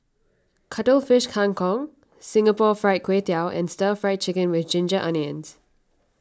Cuttlefish Kang Kong Singapore Fried Kway Tiao and Stir Fried Chicken with Ginger Onions